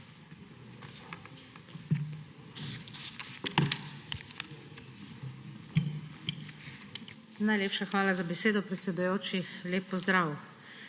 Hvala